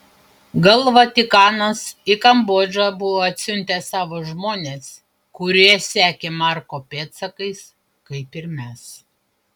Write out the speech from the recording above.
gal vatikanas į kambodžą buvo atsiuntęs savo žmones kurie sekė marko pėdsakais kaip ir mes